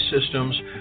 systems